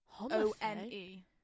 O-N-E